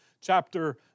chapter